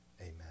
amen